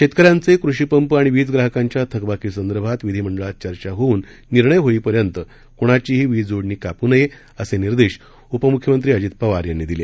शेतकऱ्यांचे कृषीपंप आणि वीज ग्राहकांच्या थकबाकीसंदर्भात विधीमंडळात चर्चा होऊन निर्णय होईपर्यंत कुणाचीही वीज जोडणी कापू नये असे निर्देश उपमुख्यमंत्री अजित पवार यांनी दिले